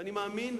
ואני מאמין,